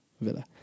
Villa